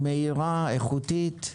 מהירה, איכותית,